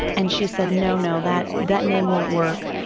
and she said, no, no, that that name won't work.